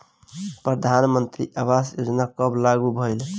प्रधानमंत्री आवास योजना कब लागू भइल?